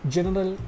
General